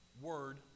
word